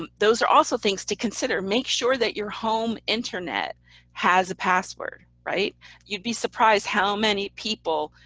um those are also things to consider, make sure that your home internet has a password, right you'd be surprised how many people,